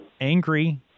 angry